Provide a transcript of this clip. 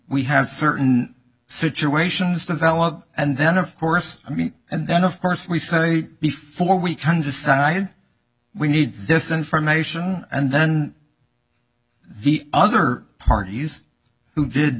we have certain situations develop and then of course i meet and then of course we say before we can decide we need this information and then the other parties who did